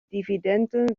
dividenden